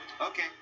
Okay